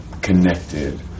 connected